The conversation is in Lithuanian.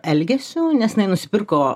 elgesiu nes jinai nusipirko